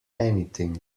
anything